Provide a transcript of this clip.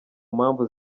mpamvu